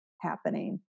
happening